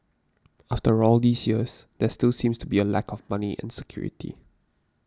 after all these years there still seems to be a lack of money and security